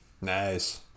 nice